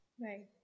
Right